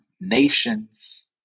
Nations